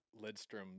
lidstrom